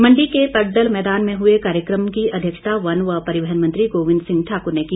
मंडी के पड़डल मैदान में हुए कार्यक्रम की अध्यक्षता वन व परिवहन मंत्री गोविन्द सिंह ठाकुर ने की